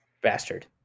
Bastard